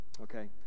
okay